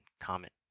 comment